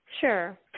Sure